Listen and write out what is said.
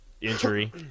injury